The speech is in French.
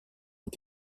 ont